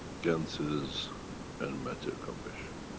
ganses and matter conversion.